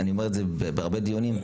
אני אומר זאת בהרבה דיונים,